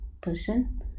person